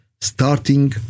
starting